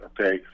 okay